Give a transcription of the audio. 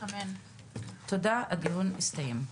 תודה, הדיון הסתיים.